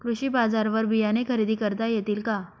कृषी बाजारवर बियाणे खरेदी करता येतील का?